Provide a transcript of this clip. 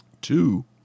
Two